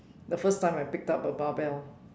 the first time I picked up a bar bell